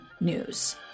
news